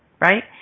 right